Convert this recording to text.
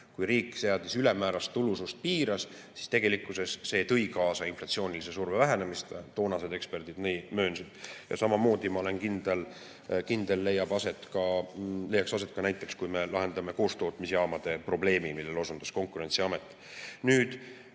Kui riik seda ülemäärast tulusust piiras, siis tegelikkuses see tõi kaasa inflatsioonilise surve vähenemise. Toonased eksperdid seda möönsid. Ja samamoodi, ma olen kindel, leiaks see aset ka näiteks siis, kui me lahendame koostootmisjaamade probleemi, millele osundas Konkurentsiamet.